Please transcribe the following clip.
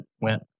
went